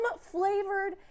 flavored